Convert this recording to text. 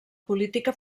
política